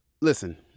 Listen